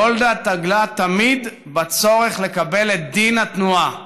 גולדה דגלה תמיד בצורך לקבל את דין התנועה.